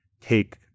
take